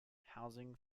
housing